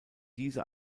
diese